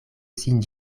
sin